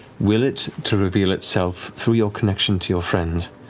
will it to reveal itself through your connection to your friend,